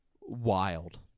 Wild